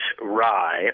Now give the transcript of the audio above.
rye